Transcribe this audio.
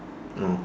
oh